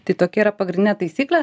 tai tokia yra pagrindinė taisyklė